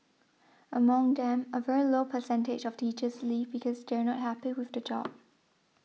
among them a very low percentage of teachers leave because they are not happy with the job